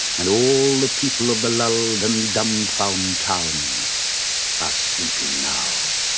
and all the people of the lulled and dumbfound town are sleeping now.